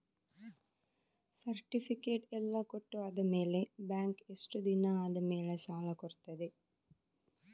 Certificate ಎಲ್ಲಾ ಕೊಟ್ಟು ಆದಮೇಲೆ ಬ್ಯಾಂಕ್ ಎಷ್ಟು ದಿನ ಆದಮೇಲೆ ಸಾಲ ಕೊಡ್ತದೆ?